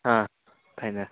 ହଁ ଭାଇନା